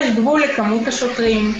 יש גבול לכמות השוטרים,